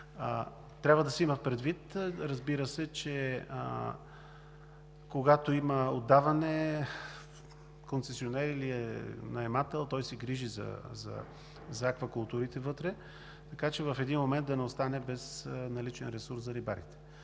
Трябва да се има предвид, че когато има отдаване на концесионер или наемател, той се грижи за аквакултурите вътре, така че в един момент да не остане без наличен ресурс за рибарите.